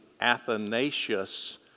Athanasius